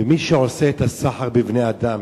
מי שעושה את הסחר בבני-אדם,